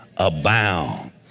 abound